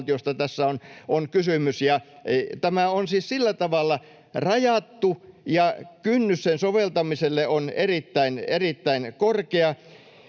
tämä on siis sillä tavalla rajattu ja kynnys sen soveltamiselle on erittäin,